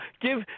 give